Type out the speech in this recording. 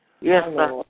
Yes